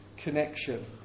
Connection